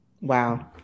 Wow